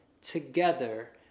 together